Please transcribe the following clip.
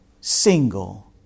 single